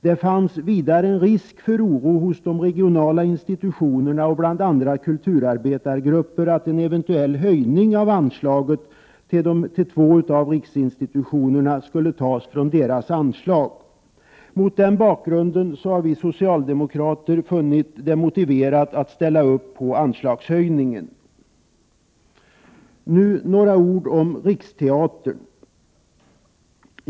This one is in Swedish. Det fanns vidare en risk för oro hos de regionala institutionerna och bland andra kulturarbetargrupper att en eventuell höjning av anslaget till två av riksinstitutionerna skulle tas från deras anslag. Mot den bakgrunden har vi socialdemokrater funnit det motiverat att ställa oss bakom anslagshöjningen. 59 Nu några ord om Riksteatern.